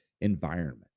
environment